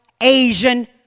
Asian